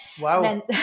wow